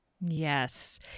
Yes